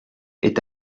est